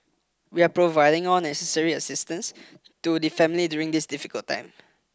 we are providing all necessary assistance to the family during this difficult time